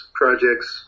projects